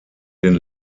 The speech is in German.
den